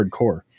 hardcore